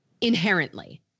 inherently